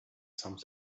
some